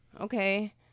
okay